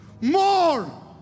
More